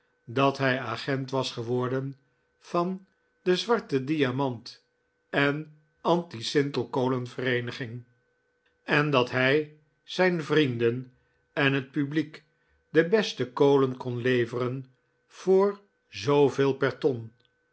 dat hij agent was geworden van de zwarte diamant en anti sintel kolen vereeniging en dat hij zijn vrienden en het publiek de beste kolen icon leveren voor zooveel per ton